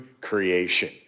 creation